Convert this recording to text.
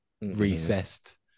recessed